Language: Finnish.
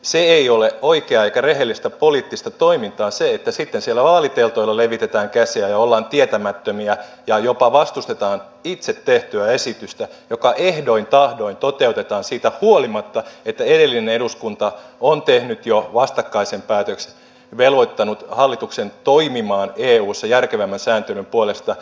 se ei ole oikeaa eikä rehellistä poliittista toimintaa että sitten siellä vaaliteltoilla levitetään käsiä ja ollaan tietämättömiä ja jopa vastustetaan itse tehtyä esitystä joka ehdoin tahdoin toteutetaan siitä huolimatta että edellinen eduskunta on tehnyt jo vastakkaisen päätöksen ja velvoittanut hallituksen toimimaan eussa järkevämmän sääntelyn puolesta